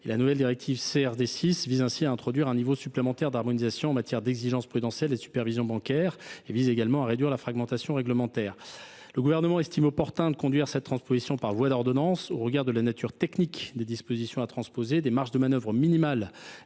La nouvelle directive CRD VI vise ainsi à introduire un niveau supplémentaire d’harmonisation en matière d’exigences prudentielles et de supervision bancaire, tout en réduisant la fragmentation réglementaire. Le Gouvernement estime opportun de procéder à cette transposition par voie d’ordonnance, au regard de la nature technique des dispositions concernées, de la marge de manœuvre minimale